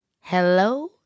Hello